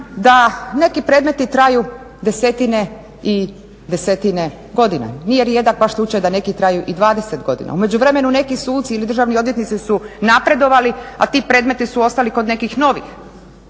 da neki predmeti traju desetine i desetine godina. Nije rijedak baš slučaj da neki traju i 20 godina. U međuvremenu neki suci ili državni odvjetnici su napredovali, a ti predmeti su ostali kod nekih novih.